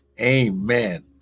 amen